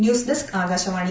news desk Akashvani